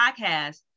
podcast